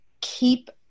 keep